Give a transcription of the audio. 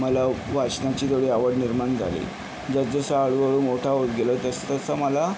मला वाचनाची थोडी आवड निर्माण झाली जसजसा हळू हळू मोठा होत गेलो तसतसं मला